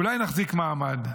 אולי נחזיק מעמד,